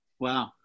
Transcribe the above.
wow